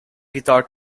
guitar